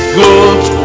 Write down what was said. good